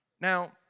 Now